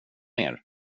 mer